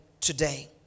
today